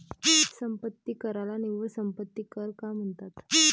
संपत्ती कराला निव्वळ संपत्ती कर का म्हणतात?